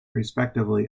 respectively